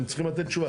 הם צריכים לתת תשובה.